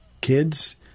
kids